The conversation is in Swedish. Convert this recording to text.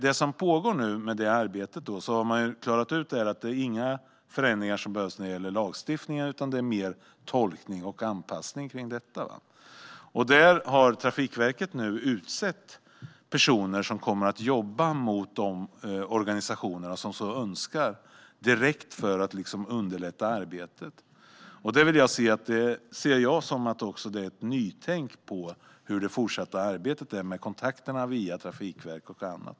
Det som pågår nu är att man har klarat ut att det inte behövs några förändringar när det gäller lagstiftning, utan det handlar mer om en tolkning och anpassning. Där har Trafikverket nu utsett personer som kommer att jobba direkt mot de organisationer som så önskar för att underlätta arbetet. Detta ser jag som att det finns ett nytänkande kring hur det fortsatta arbetet sker med kontakter via Trafikverket och andra.